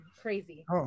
crazy